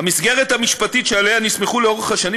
המסגרת המשפטית שעליה נסמכו לאורך השנים